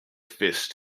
fist